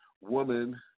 woman